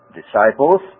disciples